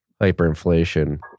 hyperinflation